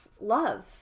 love